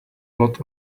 lot